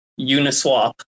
Uniswap